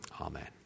Amen